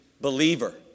believer